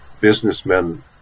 businessmen